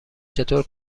چطور